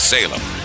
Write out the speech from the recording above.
Salem